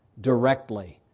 directly